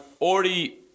already